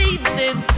Evening